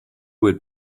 would